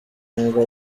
ngo